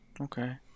Okay